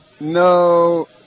No